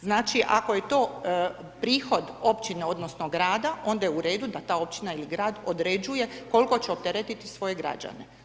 Znači ako je to prihod općine odnosno grada onda je u redu da ta općina ili grad određuje koliko će opteretiti svoje građane.